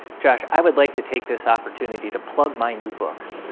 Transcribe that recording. josh, i would like to take this opportunity to plug my new book.